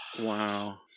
Wow